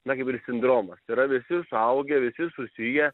na kaip ir sindromas tai yra visi suaugę visi susiję